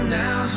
now